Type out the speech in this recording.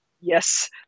yes